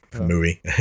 movie